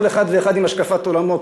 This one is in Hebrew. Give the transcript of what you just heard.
כל אחד ואחד עם השקפת עולמו,